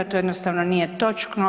To jednostavno nije točno.